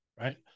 right